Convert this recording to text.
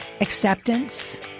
Acceptance